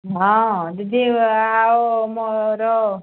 ହଁ ଦିଦି ଆଉ ମୋର